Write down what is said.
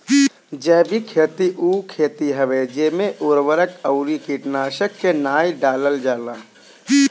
जैविक खेती उ खेती हवे जेमे उर्वरक अउरी कीटनाशक के नाइ डालल जाला